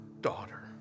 daughter